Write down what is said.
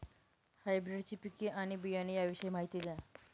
हायब्रिडची पिके आणि बियाणे याविषयी माहिती द्या